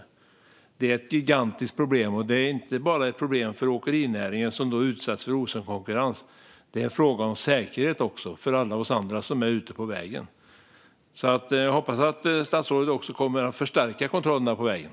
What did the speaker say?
Detta är ett gigantiskt problem, och det är inte ett problem bara för åkerinäringen, som utsätts för osund konkurrens - det är också en fråga om säkerhet för alla oss andra som är ute på vägen. Jag hoppas att statsrådet kommer att förstärka kontrollerna på vägen.